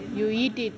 you eat it